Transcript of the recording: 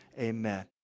amen